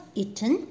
eaten